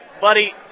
buddy